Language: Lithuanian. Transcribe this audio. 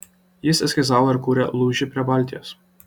jis eskizavo ir kūrė lūžį prie baltijos